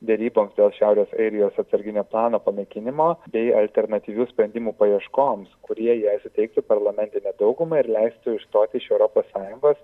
deryboms dėl šiaurės airijos atsarginio plano panaikinimo bei alternatyvių sprendimų paieškoms kurie jai suteiktų parlamentinę daugumą ir leistų išstoti iš europos sąjungos